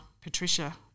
Patricia